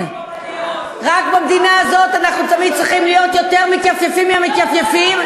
רק במדינה הזאת אנחנו צריכים להיות יותר מתייפייפים מהמתייפייפים,